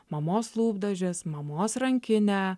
mamos lūpdažis mamos rankinė